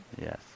yes